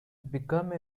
become